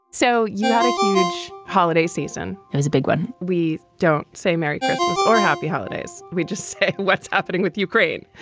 so you had a huge holiday season. it was a big one. we don't say merry christmas or happy holidays. we just see what's happening with ukraine.